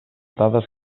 dades